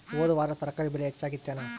ಹೊದ ವಾರ ತರಕಾರಿ ಬೆಲೆ ಹೆಚ್ಚಾಗಿತ್ತೇನ?